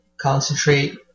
concentrate